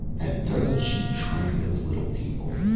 and doesn't she train those little people!